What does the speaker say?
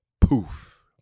Poof